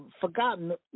forgotten